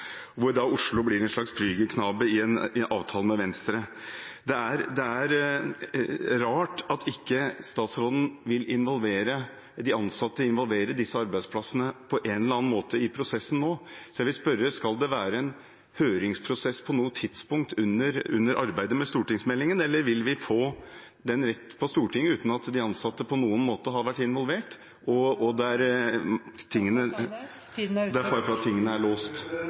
Oslo blir en slags prygelknabe i en avtale med Venstre. Det er rart at ikke statsråden vil involvere de ansatte, involvere disse arbeidsplassene, på en eller annen måte i prosessen nå, så jeg vil spørre: Skal det være en høringsprosess på noe tidspunkt under arbeidet med stortingsmeldingen, eller vil vi få den rett til Stortinget uten at de ansatte på noen måte har vært involvert, og der det er fare for at tingene er låst?